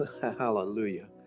Hallelujah